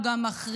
הוא גם מכריע.